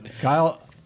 Kyle